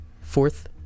Fourth